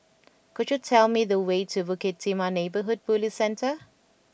could you tell me the way to Bukit Timah Neighbourhood Police Centre